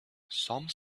some